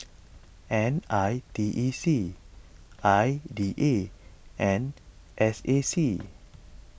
N I T E C I D A and S A C